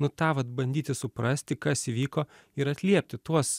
nu tą vat bandyti suprasti kas įvyko ir atliepti tuos